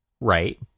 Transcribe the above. Right